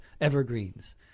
evergreens